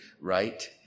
right